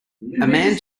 man